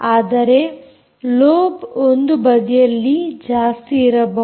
ಅದರ ಲೋಬ್ ಒಂದು ಬದಿಯಲ್ಲಿ ಜಾಸ್ತಿಯಿರಬಹುದು